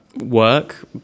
work